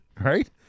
Right